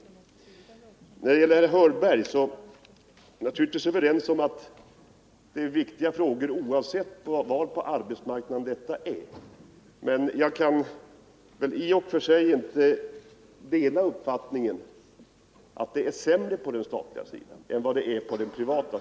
Sedan tycks herr Hörberg och jag vara ense om att detta är viktiga frågor, oavsett var på arbetsmarknaden problemen dyker upp. Men jag kan inte dela herr Hörbergs uppfattning att det är sämre ställt på den statliga sidan än på den privata.